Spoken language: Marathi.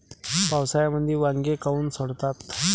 पावसाळ्यामंदी वांगे काऊन सडतात?